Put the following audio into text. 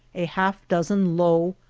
a half dozen low,